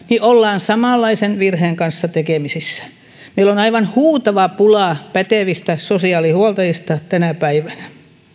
ollaan samanlaisen virheen kanssa tekemisissä meillä on aivan huutava pula pätevistä sosiaalihuoltajista tänä päivänä